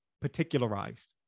particularized